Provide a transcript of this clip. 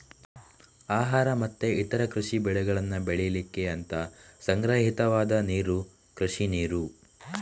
ಆಹಾರ ಮತ್ತೆ ಇತರ ಕೃಷಿ ಬೆಳೆಗಳನ್ನ ಬೆಳೀಲಿಕ್ಕೆ ಅಂತ ಸಂಗ್ರಹಿತವಾದ ನೀರು ಕೃಷಿ ನೀರು